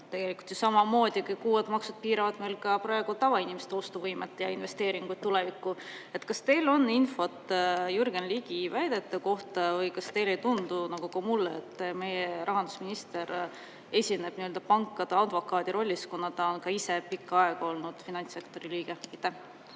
Tegelikult ju samamoodi kõik uued maksud piiravad meil ka praegu tavainimeste ostuvõimet ja investeeringuid tulevikku. Kas teil on infot Jürgen Ligi väidete kohta või kas teile ei tundu nagu ka mulle, et meie rahandusminister esineb pankade advokaadi rollis, kuna ta on ka ise pikka aega olnud finantssektori liige?